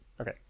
Okay